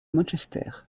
manchester